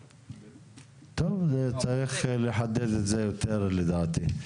טוב, צריך לחדד את זה יותר לדעתי.